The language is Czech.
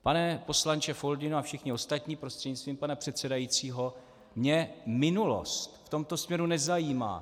Pane poslanče Foldyno a všichni ostatní, prostřednictvím pana předsedajícího, mě minulost v tomto směru nezajímá.